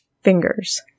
fingers